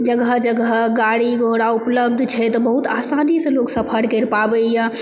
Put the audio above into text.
जगह जगह गाड़ी घोड़ा उपलब्ध छै तऽ बहुत आसानीसँ लोक सफर करि पाबैयऽ